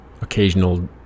occasional